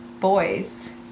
boys